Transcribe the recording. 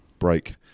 break